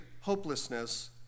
hopelessness